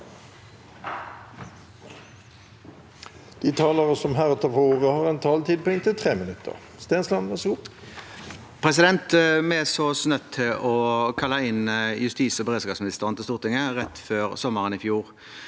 Vi så oss nødt til å kalle inn justis- og beredskapsministeren til Stortinget rett før sommeren i fjor,